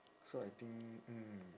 so I think mm